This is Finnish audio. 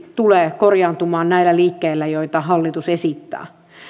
tule korjaantumaan näillä liikkeillä joita hallitus esittää